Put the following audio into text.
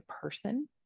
person